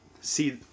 see